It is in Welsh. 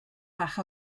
bach